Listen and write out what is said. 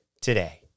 today